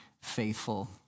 faithful